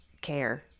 care